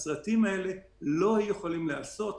הסרטים האלה לא היו יכולים להיעשות